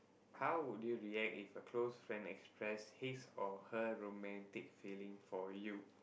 how would you react if a close friend expressed his or her romantic feeling for you